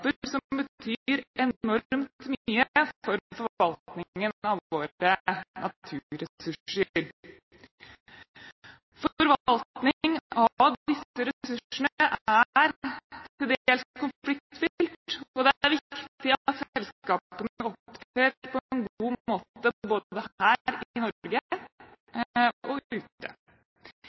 som betyr enormt mye for forvaltningen av våre naturressurser. Forvaltning av disse ressursene er til dels konfliktfylt, og det er viktig at selskapene opptrer på en god måte både her i Norge og ute. Jeg er